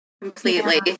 completely